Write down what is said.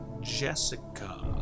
Jessica